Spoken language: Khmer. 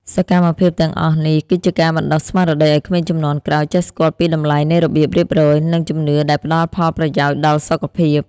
សកម្មភាពទាំងអស់នេះ គឺជាការបណ្តុះស្មារតីឱ្យក្មេងជំនាន់ក្រោយចេះស្គាល់ពីតម្លៃនៃរបៀបរៀបរយ និងជំនឿដែលផ្តល់ផលប្រយោជន៍ដល់សុខភាព។